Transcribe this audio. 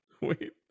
Wait